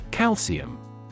calcium